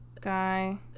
guy